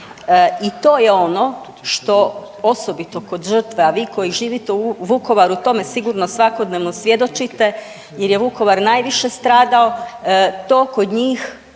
I to je ono što osobito kod žrtve, a vi koji živite u Vukovaru tome sigurno svakodnevno svjedočite jer je Vukovar najviše stradao, to kod njih